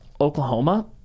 Oklahoma